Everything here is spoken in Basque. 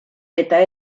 eta